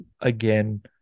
again